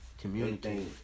community